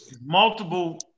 multiple